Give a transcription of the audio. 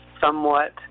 somewhat